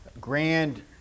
grand